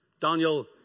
Daniel